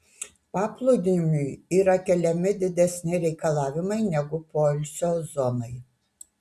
paplūdimiui yra keliami didesni reikalavimai negu poilsio zonai